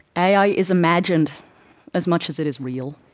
ai is imagined as much as it is real.